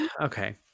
Okay